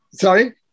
Sorry